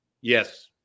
yes